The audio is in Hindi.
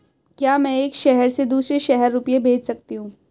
क्या मैं एक शहर से दूसरे शहर रुपये भेज सकती हूँ?